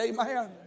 Amen